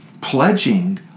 pledging